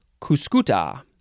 Cuscuta